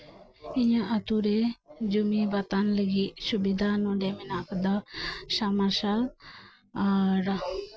ᱤᱧᱟᱹᱜ ᱟᱛᱳᱨᱮ ᱡᱩᱢᱤ ᱵᱟᱛᱟᱱ ᱞᱟᱹᱜᱤᱫ ᱥᱩᱵᱤᱫᱟ ᱱᱚᱸᱰᱮ ᱢᱮᱱᱟᱜ ᱟᱠᱟᱫᱟ ᱥᱟᱢ ᱢᱟᱨᱥᱟᱞ ᱟᱨ